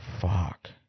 Fuck